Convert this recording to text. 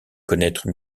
connaître